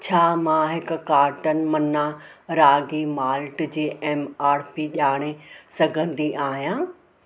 छा मां हिकु कार्टन मन्ना रागी माल्ट जी एम आर पी ॼाणे सघंदी आहियां